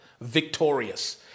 victorious